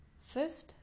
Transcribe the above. Fifth